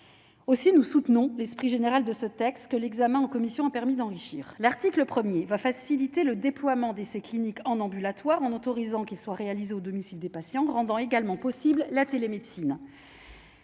Aussi, nous soutenons l'esprit général de ce texte que l'examen en commission a permis d'enrichir l'article 1er va faciliter le déploiement d'essais cliniques en ambulatoire en autorisant, qu'ils soient réalisés au domicile des patients rendant également possible la télémédecine